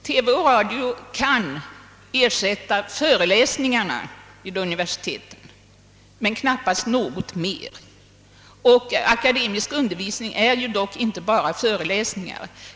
TV och radio kan ersätta föreläsningar vid universitet men knappast något mer, och akademisk undervisning är ju dock inte bara föreläsningar.